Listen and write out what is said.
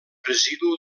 residu